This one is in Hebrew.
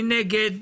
מי נגד?